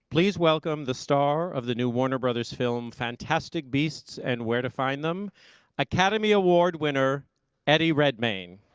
please welcome the star of the new warner bros. film fantastic beasts and where to find them academy award winner eddie redmayne.